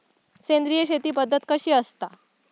सेंद्रिय शेती पद्धत कशी असता?